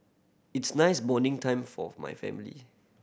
its nice bonding time forth my family